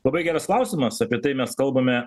labai geras klausimas apie tai mes kalbame